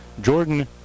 Jordan